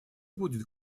будет